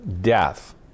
death